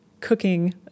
cooking